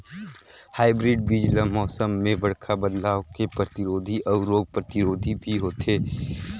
hybrid बीज ल मौसम में बड़खा बदलाव के प्रतिरोधी अऊ रोग प्रतिरोधी भी होथे